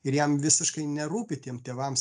ir jam visiškai nerūpi tiem tėvams